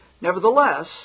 Nevertheless